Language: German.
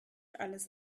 alles